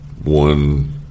One